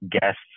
guests